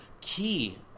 key